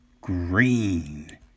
Green